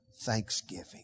thanksgiving